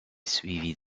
suivie